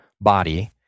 body